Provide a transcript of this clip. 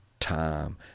time